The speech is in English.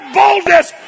boldness